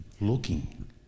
looking